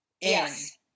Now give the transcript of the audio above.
Yes